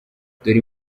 dore